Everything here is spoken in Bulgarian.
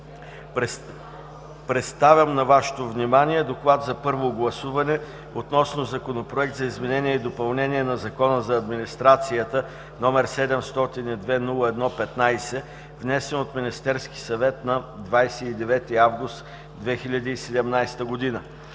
Представям на Вашето внимание: „ДОКЛАД за първо гласуване относно Законопроект за изменение и допълнение на Закона за администрацията, № 702-01-15, внесен от Министерския съвет на 29 август 2017 г.